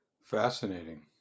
Fascinating